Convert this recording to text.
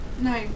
No